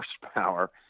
horsepower